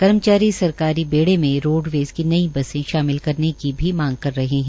कर्मचारी सरकारी बेड़े में रोडवेज़ की नई बसे शामिल करने की भी मांग कर रहे है